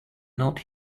not